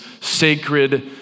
sacred